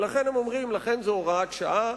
ולכן הם אומרים: לכן זה הוראת שעה,